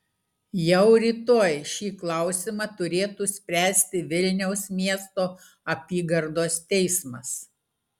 jau rytoj šį klausimą turėtų spręsti vilniaus miesto apygardos teismas